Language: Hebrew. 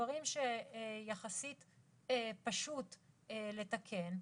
דברים שיחסית פשוט לתקן,